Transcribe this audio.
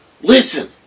Listen